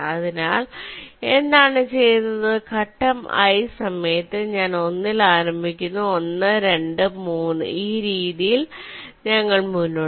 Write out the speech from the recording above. അതിനാൽ എന്താണ് ചെയ്യുന്നത് ഘട്ടം i സമയത്ത് ഞാൻ 1 ൽ ആരംഭിക്കുന്നു 1 2 3 ഈ രീതിയിൽ ഞങ്ങൾ മുന്നോട്ട്